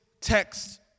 text